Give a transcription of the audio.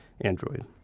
Android